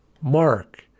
Mark